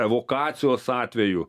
evakuacijos atveju